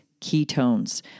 ketones